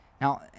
Now